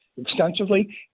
extensively